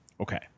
Okay